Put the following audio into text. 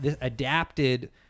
adapted